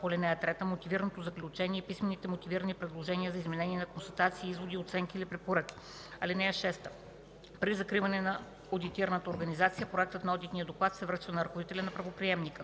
по ал. 3, мотивираното заключение и писмени мотивирани предложения за изменения на констатации, изводи, оценки или препоръки. (6) При закриване на одитирана организация проектът на одитния доклад се връчва на ръководителя на правоприемника.